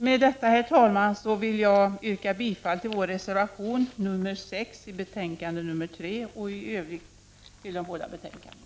Med detta, herr talman, vill jag yrka bifall till vår reservation 6 till betänkande 3 och i övrigt bifall till utskottets hemställan i de båda betänkandena.